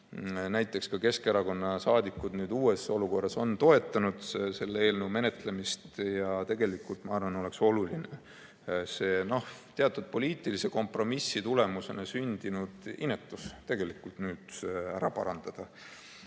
Näiteks ka Keskerakonna saadikud on nüüd uues olukorras toetanud selle eelnõu menetlemist ja ma arvan, et on oluline see teatud poliitilise kompromissi tagajärjel sündinud inetus tegelikult ära parandada.